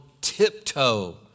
tiptoe